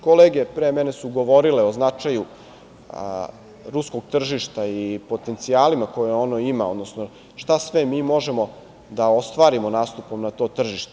Kolege pre mene su govorile o značaju ruskog tržišta i potencijalima koje ono ima, odnosno šta sve mi možemo da ostvarimo nastupom na to tržište.